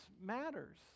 matters